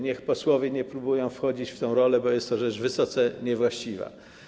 Niech posłowie nie próbują wchodzić w tę rolę, bo jest to rzecz wysoce niewłaściwa.